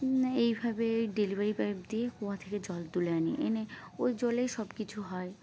এইভাবে delivery pipe দিয়ে কুয়া থেকে জল তুলে আনি এনে ওই জলেই সব কিছু হয়